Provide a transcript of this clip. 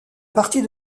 partie